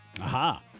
Aha